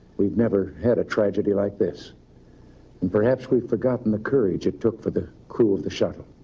we've never had a tragedy like this and perhaps we've forgotten the courage it took for the crew of the shuttle.